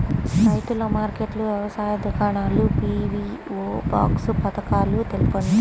రైతుల మార్కెట్లు, వ్యవసాయ దుకాణాలు, పీ.వీ.ఓ బాక్స్ పథకాలు తెలుపండి?